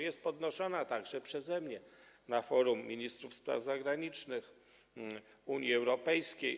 Jest podnoszona także przeze mnie na forum ministrów spraw zagranicznych Unii Europejskiej.